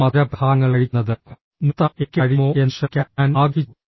ഈ മധുരപലഹാരങ്ങൾ കഴിക്കുന്നത് നിർത്താൻ എനിക്ക് കഴിയുമോ എന്ന് ശ്രമിക്കാൻ ഞാൻ ആഗ്രഹിച്ചു